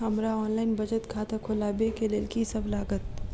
हमरा ऑनलाइन बचत खाता खोलाबै केँ लेल की सब लागत?